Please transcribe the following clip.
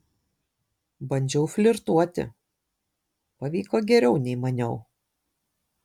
bandžiau flirtuoti pavyko geriau nei maniau